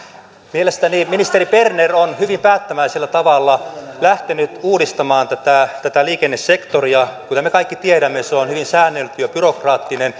mielestäni ministeri berner on hyvin päättäväisellä tavalla lähtenyt uudistamaan tätä tätä liikennesektoria kyllä me kaikki tiedämme se on hyvin säännelty ja byrokraattinen